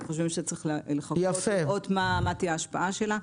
אנחנו חושבים שצריך לחכות לראות מה תהיה ההשפעה שלה.